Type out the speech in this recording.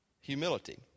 humility